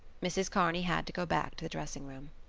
mrs. kearney had to go back to the dressing-room.